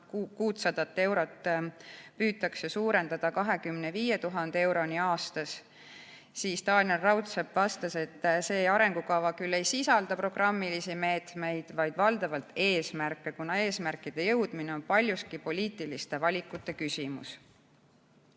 600 eurot suurendada 25 000 euroni aastas. Taaniel Raudsepp vastas, et see arengukava küll ei sisalda programmilisi meetmeid, vaid valdavalt eesmärke, kuna eesmärkideni jõudmine on paljuski poliitiliste valikute küsimus.